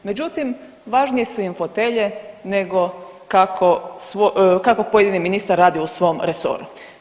Međutim, važnije su im fotelje nego kako pojedini ministar radi u svom resoru.